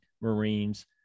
Marines